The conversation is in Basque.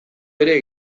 ere